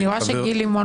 תודה רבה.